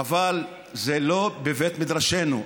אבל זה לא בבית מדרשנו.